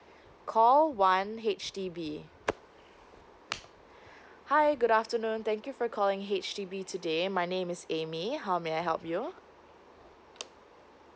call one H_D_B hi good afternoon thank you for calling H_D_B today my name is amy how may I help you